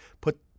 put